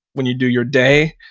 when you do your day,